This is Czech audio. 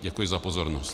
Děkuji za pozornost.